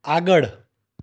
આગળ